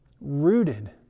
rooted